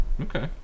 Okay